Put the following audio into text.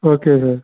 okay sir